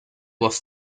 was